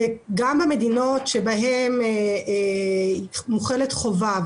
גם במדינות שבהן מוחלת חובה,